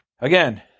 Again